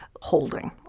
holding